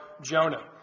Jonah